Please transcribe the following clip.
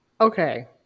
Okay